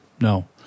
No